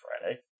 Friday